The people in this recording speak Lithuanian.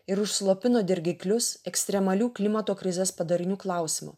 ir užslopino dirgiklius ekstremalių klimato krizės padarinių klausimu